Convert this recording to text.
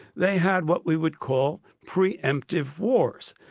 they had what we would call pre-emptive wars,